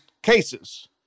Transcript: cases